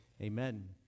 amen